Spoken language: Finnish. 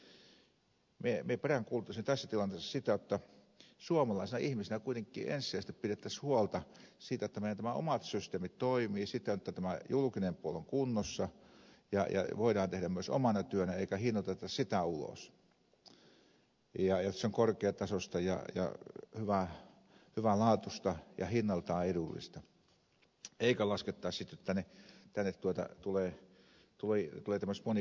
minä peräänkuuluttaisin tässä tilanteessa sitä jotta suomalaisina ihmisinä kuitenkin ensisijaisesti pidettäisiin huolta siitä jotta meidän nämä omat systeemit toimivat siten jotta tämä julkinen puoli on kunnossa ja voidaan tehdä myös omana työnä eikä hinnoiteta sitä ulos ja jotta se on korkeatasoista ja hyvänlaatuista ja hinnaltaan edullista eikä laskettaisi sitten jotta tänne tulee tämmöiset monikansalliset yhtiöt